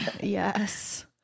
Yes